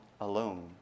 alone